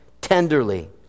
tenderly